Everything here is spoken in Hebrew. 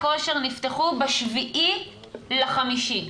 נפתחו ב-7.5,